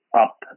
up